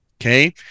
Okay